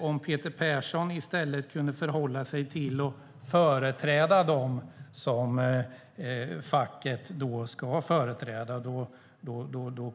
Om Peter Persson kunde förhålla sig till att företräda dem som facket ska företräda